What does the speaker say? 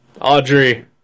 Audrey